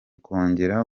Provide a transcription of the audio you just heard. kongera